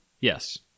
Yes